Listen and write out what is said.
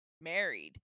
married